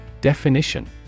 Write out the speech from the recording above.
Definition